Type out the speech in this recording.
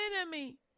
enemy